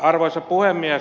arvoisa puhemies